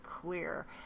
clear